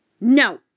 No